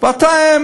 ואתם